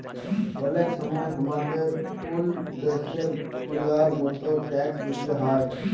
অলেক সময় হামাদের ওল্ল দ্যাশ গুলার মত ট্যাক্স দিতে হ্যয়